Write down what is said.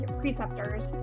preceptors